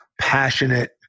passionate